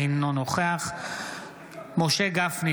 אינו נוכח משה גפני,